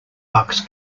bucks